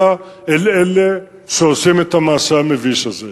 אל אלה שעושים את המעשה המביש הזה.